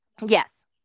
Yes